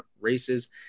Races